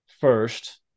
first